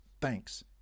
thanks